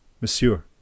Monsieur